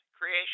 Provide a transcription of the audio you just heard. creation